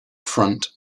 front